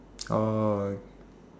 oh